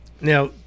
Now